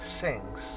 sings